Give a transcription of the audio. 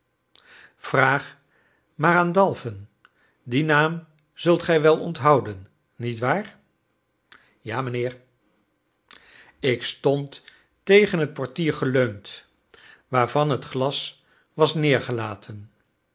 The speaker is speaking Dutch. vraag maar naar dalphen dien naam zult gij wel onthouden nietwaar ja mijnheer ik stond tegen het portier geleund waarvan het glas was